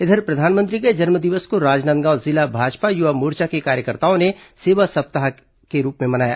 इधर प्रधानमंत्री के जन्मदिवस को राजनांदगांव जिला भाजपा युवा मोर्चा के कार्यकर्ताओं ने सेवा सप्ताह के रूप में मनाया